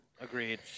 Agreed